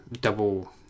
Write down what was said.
double